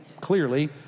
clearly